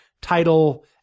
title